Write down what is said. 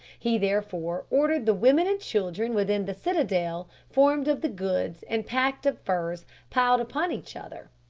he therefore ordered the women and children within the citadel formed of the goods and packs of furs piled upon each other,